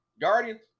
Guardians